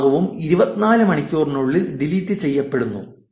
ഭൂരിഭാഗവും 24 മണിക്കൂറിനുള്ളിൽ ഡിലീറ്റ് ചെയ്യ പെടുന്നു